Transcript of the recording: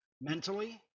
mentally